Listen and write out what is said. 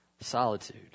Solitude